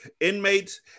Inmates